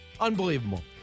unbelievable